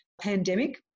pandemic